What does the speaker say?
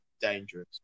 dangerous